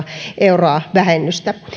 euron vähennystä